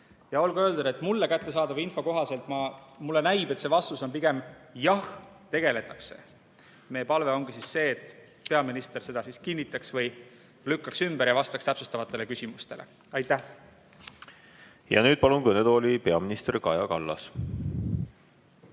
Ja olgu öeldud, et mulle kättesaadava info kohaselt see vastus on pigem jah, tegeldakse. Meie palve ongi see, et peaminister seda kinnitaks või lükkaks selle ümber ja vastaks täpsustavatele küsimustele. Aitäh! Nüüd palun kõnetooli peaminister Kaja Kallase!